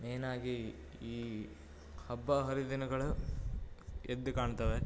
main ಆಗಿ ಈ ಹಬ್ಬ ಹರಿದಿನಗಳು ಎದ್ದು ಕಾಣ್ತವೆ